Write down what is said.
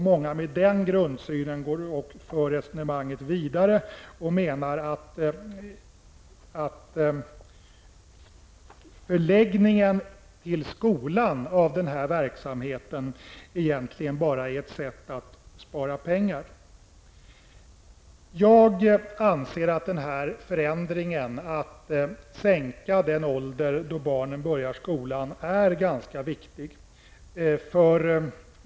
Många som har den grundsynen för resonemanget vidare och menar att förläggningen till skolan av den här verksamheten egentligen bara är ett sätt att spara pengar. Jag anser att förändringen att sänka den ålder då barnen börjar skolan är ganska viktig.